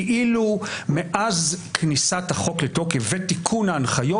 כאילו מאז כניסת החוק לתוקף ותיקון ההנחיות,